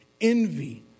envy